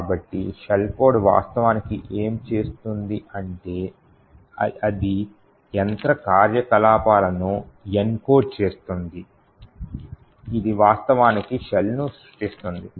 కాబట్టి shell code వాస్తవానికి ఏమి చేస్తుంది అంటే అది యంత్ర కార్యకలాపాలను ఎన్ కోడ్ చేస్తుంది ఇది వాస్తవానికి షెల్ ను సృష్టిస్తుంది